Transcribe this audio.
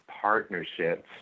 partnerships